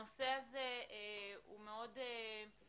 הנושא הזה הוא מאוד כללי.